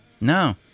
no